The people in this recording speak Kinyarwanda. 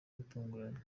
butunguranye